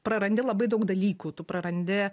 prarandi labai daug dalykų tu prarandi